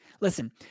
Listen